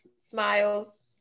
Smiles